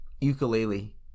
ukulele